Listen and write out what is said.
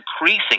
increasing